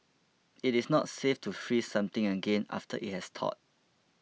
it is not safe to freeze something again after it has thawed